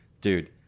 Dude